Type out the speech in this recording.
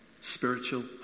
spiritual